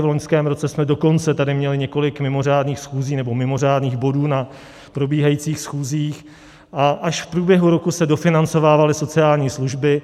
V loňském roce jsme dokonce tady měli několik mimořádných schůzí, nebo mimořádných bodů na probíhajících schůzích, a až v průběhu roku se dofinancovávaly sociální služby.